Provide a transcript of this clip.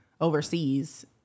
overseas